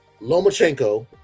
Lomachenko